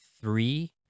Three